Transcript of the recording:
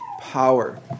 power